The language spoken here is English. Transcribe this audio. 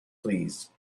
please